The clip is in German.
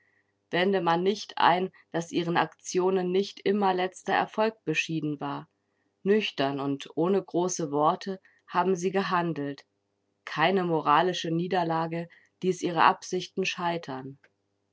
wende man nicht ein daß ihren aktionen nicht immer letzter erfolg beschieden war nüchtern und ohne große worte haben sie gehandelt keine moralische niederlage ließ ihre absichten scheitern